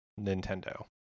Nintendo